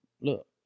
look